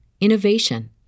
innovation